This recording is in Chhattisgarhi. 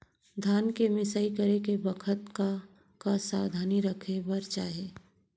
धान के मिसाई करे के बखत का का सावधानी रखें बर चाही?